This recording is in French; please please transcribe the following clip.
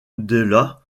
della